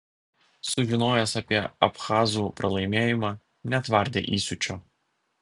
sužinojęs apie abchazų pralaimėjimą netvardė įsiūčio